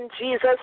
Jesus